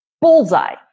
bullseye